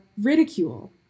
ridicule